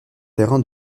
terrain